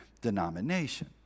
denomination